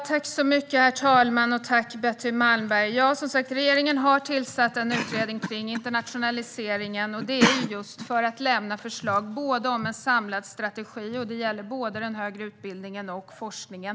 Herr talman! Betty Malmberg! Som sagt: Regeringen har tillsatt en utredning kring internationaliseringen. Man ska ge förslag om en samlad strategi - det gäller både den högre utbildningen och forskningen.